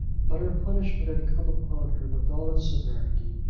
but her punishment had come upon her with all its severity,